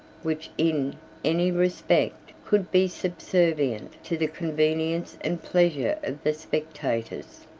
which, in any respect, could be subservient to the convenience and pleasure of the spectators.